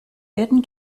werden